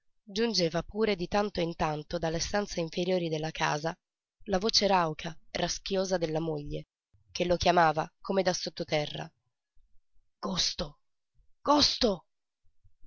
giungeva pure di tanto in tanto dalle stanze inferiori della casa la voce rauca raschiosa della moglie che lo chiamava come da sottoterra gosto gosto